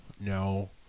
No